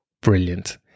brilliant